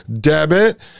debit